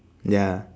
ya